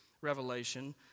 revelation